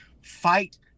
fight